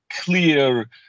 clear